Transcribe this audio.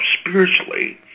spiritually